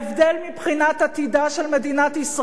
מבחינת עתידה של מדינת ישראל,